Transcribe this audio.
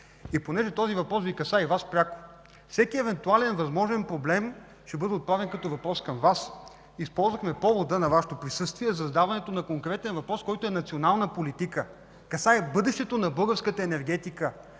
Понеже този въпрос касае и Вас пряко, всеки евентуален възможен проблем ще бъде отправен като въпрос към Вас. Използвахме повода на Вашето присъствие за задаването на конкретен въпрос, който е национална политика, касае бъдещето на българската енергетика.